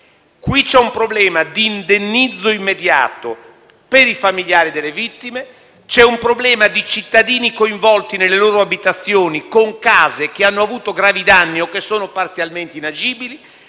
quindi, un problema di indennizzo immediato per i familiari delle vittime; c'è un problema di cittadini coinvolti nelle loro abitazioni, con case che hanno subito gravi danni o che sono parzialmente inagibili;